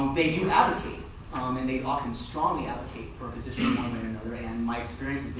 they do advocate um and they often strongly advocate for um and for and my experience